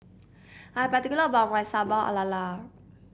I'm particular about my Sambal Lala